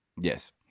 Yes